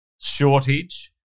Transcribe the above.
shortage